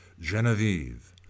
genevieve